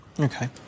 Okay